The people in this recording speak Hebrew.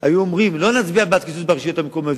היו אומרים: לא נצביע בעד קיצוץ ברשויות המקומיות.